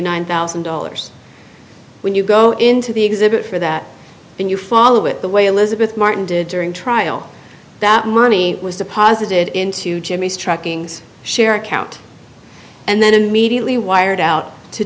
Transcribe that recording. nine thousand dollars when you go into the exhibit for that and you follow it the way elizabeth martin did during trial that money was deposited into jimmy's tracking share account and then immediately wired out to